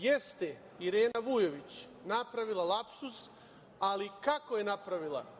Jeste Irena Vujović napravila lapsus, ali kako je napravila?